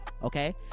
Okay